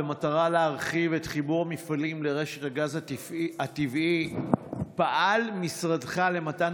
במטרה להרחיב את חיבור המפעלים לרשת הגז הטבעי פעל משרדך למתן